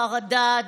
חרדה,